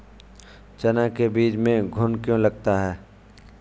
चना के बीज में घुन क्यो लगता है?